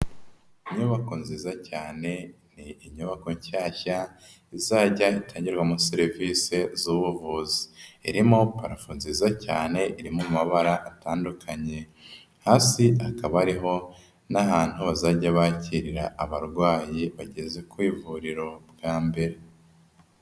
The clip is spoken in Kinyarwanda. Inyubako nziza cyane, ni inyubako nshyashya izajya itangirwamo serivisi z'ubuvuzi, irimo parafo nziza cyane iri mu mabara atandukanye, hasi hakaba hariho n'ahantu bazajya bakirira abarwayi bageze ku ivuriro bwa mbere.